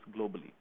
globally